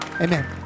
Amen